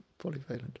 polyvalent